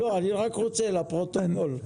אני רק רוצה לפרוטוקול.